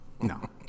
no